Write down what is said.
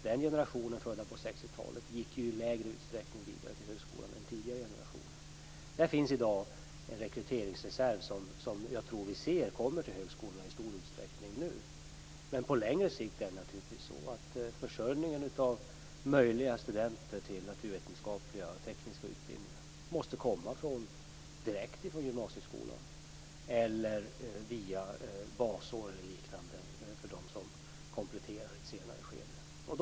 Den generationen, född på 60-talet, gick i lägre utsträckning än tidigare generationer vidare till högskolan. Där finns i dag en rekryteringsreserv som jag tror i stor utsträckning kommer till högskolorna nu. Men på längre sikt måste naturligtvis försörjningen av naturvetenskapliga och tekniska utbildningar med möjliga studenter komma direkt från gymnasieskolan eller via basår och liknande för dem som kompletterar i ett senare skede.